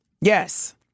Yes